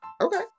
Okay